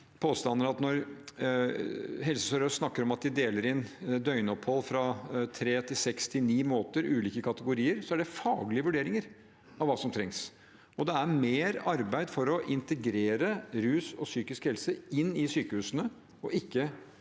påstander. Når Helse sør-øst snakker om at de deler inn døgnopphold på fra tre til seks til ni måter, ulike kategorier, så er det faglige vurderinger av hva som trengs, og det er mer arbeid for å integrere rus og psykisk helse inn i sykehusene og ikke